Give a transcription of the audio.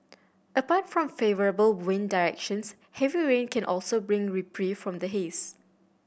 apart from favourable wind directions heavy rain can also bring reprieve from the haze